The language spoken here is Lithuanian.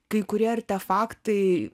kai kurie artefaktai